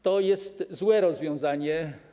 To jest złe rozwiązanie.